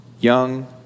young